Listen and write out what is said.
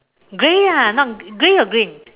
grey ah not grey or green